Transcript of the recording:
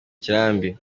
kirambi